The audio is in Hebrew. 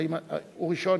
האם הוא ראשון?